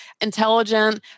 intelligent